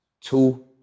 two